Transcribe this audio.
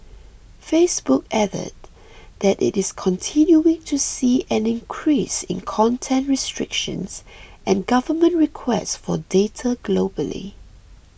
Facebook added that it is continuing to see an increase in content restrictions and government requests for data globally